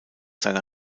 seiner